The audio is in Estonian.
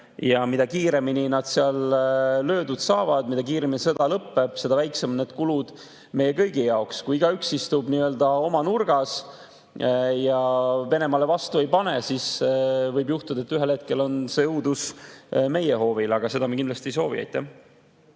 ja mida kiiremini nad seal löödud saavad, mida kiiremini sõda lõpeb, seda väiksemad need kulud meile kõigile on. Kui igaüks istub nii-öelda oma nurgas ja Venemaale vastu ei pane, siis võib juhtuda, et ühel hetkel on see õudus meie hoovil, aga seda me kindlasti ei soovi. Mart